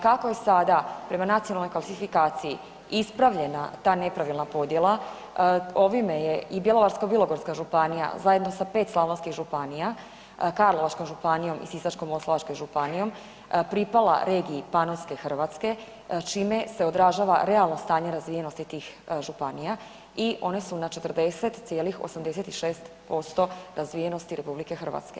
Kako je sada prema nacionalnoj klasifikaciji ispravljena ta nepravilna podjela, ovime je i Bjelovarsko-bilogorska županija zajedno sa 5 slavonskih županija, Karlovačkom županijom i Sisačko-moslavačkom županija pripala regiji panonske hrvatske čime se odražava realno stanje razvijenosti tih županija i one su na 40,86% razvijenosti RH.